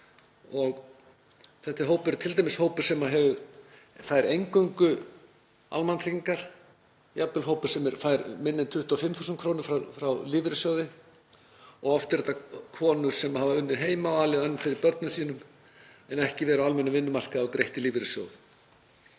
Þetta er t.d. hópur sem fær eingöngu almannatryggingar, jafnvel hópur sem fær minna en 25.000 kr. frá lífeyrissjóði. Oft eru það konur sem hafa unnið heima og alið önn fyrir börnum sínum en ekki verið á almennum vinnumarkaði og greitt í lífeyrissjóð.